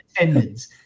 attendance